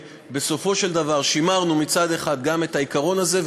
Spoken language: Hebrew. בסופו של דבר שימרנו מצד אחד גם את העיקרון הזה,